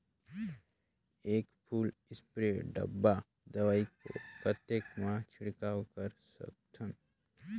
एक full spray डब्बा दवाई को कतेक म छिड़काव कर सकथन?